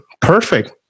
perfect